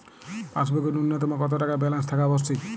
পাসবুকে ন্যুনতম কত টাকা ব্যালেন্স থাকা আবশ্যিক?